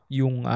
yung